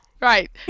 Right